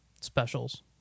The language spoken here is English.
specials